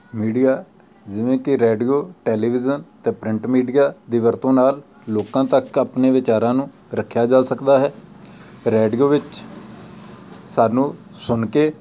media ਜਿਵੇਂ ਕਿ radio television ਅਤੇ ਪ੍ਰਿੰਟ ਮੀਡੀਆ ਦੀ ਵਰਤੋਂ ਨਾਲ ਲੋਕਾਂ ਤੱਕ ਆਪਣੇ ਵਿਚਾਰਾਂ ਨੂੰ ਰੱਖਿਆ ਜਾ ਸਕਦਾ ਹੈ ਰੈਡੀਓ ਵਿੱਚ ਸਾਨੂੰ ਸੁਣ ਕੇ